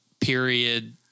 period